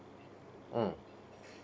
mm